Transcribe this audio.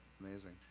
amazing